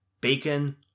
Bacon